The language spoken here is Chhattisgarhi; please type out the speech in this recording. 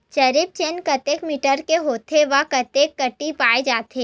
जरीब चेन कतेक मीटर के होथे व कतेक कडी पाए जाथे?